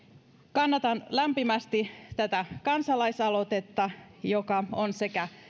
kannatan lämpimästi tätä kansalaisaloitetta joka on sekä